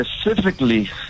specifically